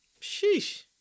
Sheesh